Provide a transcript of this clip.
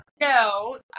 no